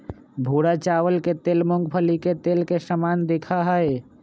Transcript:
भूरा चावल के तेल मूंगफली के तेल के समान दिखा हई